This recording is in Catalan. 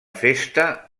festa